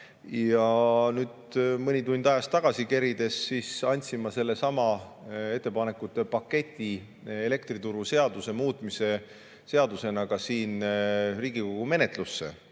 Ja nüüd mõni tund ajas tagasi kerida, siis ma andsin sellesama ettepanekute paketi elektrituruseaduse muutmise seadusena siin Riigikogu menetlusse.